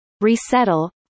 resettle